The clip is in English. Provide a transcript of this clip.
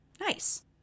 Nice